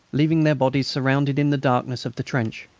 leaving their bodies shrouded in the darkness of the trench.